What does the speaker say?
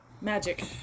Magic